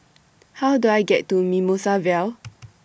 How Do I get to Mimosa Vale